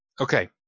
Okay